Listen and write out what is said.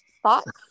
thoughts